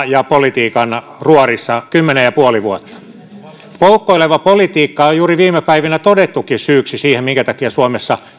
ja politiikan ruorissa kymmenen pilkku viisi vuotta poukkoileva politiikka onkin juuri viime päivinä todettu syyksi siihen minkä takia suomessa